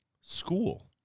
school